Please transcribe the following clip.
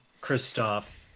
Christoph